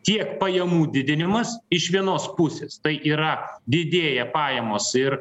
tiek pajamų didinimas iš vienos pusės tai yra didėja pajamos ir